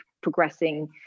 progressing